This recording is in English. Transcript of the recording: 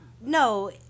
no